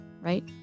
right